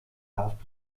darf